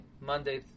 Monday